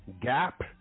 Gap